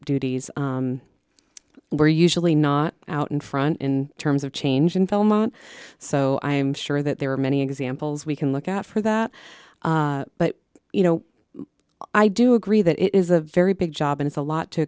duties were usually not out in front in terms of change in philmont so i'm sure that there are many examples we can look out for that but you know i do agree that it is a very big job and it's a lot to